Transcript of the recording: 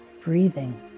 Breathing